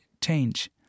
change